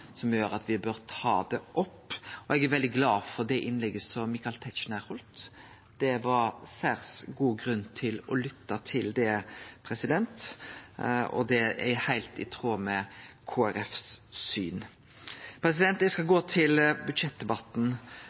som gjer av me bør ta det opp. Eg er veldig glad for det innlegget som Michael Tetzschner heldt – det var særs god grunn til å lytte til det. Og det er heilt i tråd med Kristeleg Folkepartis syn. Eg skal gå over til budsjettdebatten.